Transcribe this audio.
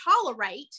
tolerate